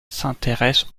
s’intéresse